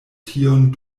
tion